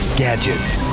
gadgets